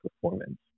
performance